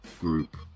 group